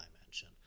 dimension